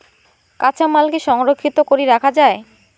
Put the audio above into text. কাঁচামাল কি সংরক্ষিত করি রাখা যায়?